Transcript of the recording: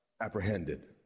apprehended